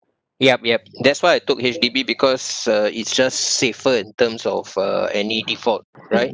yup yup that's why I took H_D_B because uh it's just safer in terms of uh any default right